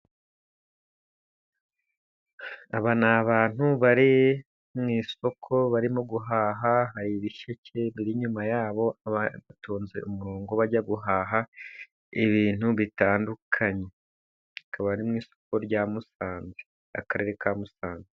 Aba ni abantu bari mu isoko, barimo guhaha. Hari ibisheke biri inyuma yabo. Batonze umurongo bajya guhaha ibintu bitandukanye. Akaba ari mu isoko rya Musanze, Akarere ka Musanze.